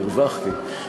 הרווחתי.